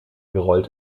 gerollt